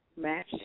Match